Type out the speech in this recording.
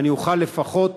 ואוכל לפחות